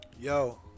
Yo